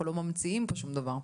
אנחנו לא ממציאים פה שום דבר.